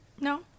No